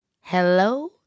Hello